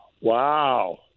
Wow